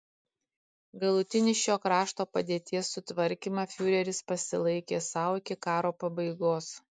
galutinį šio krašto padėties sutvarkymą fiureris pasilaikė sau iki karo pabaigos